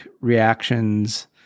reactions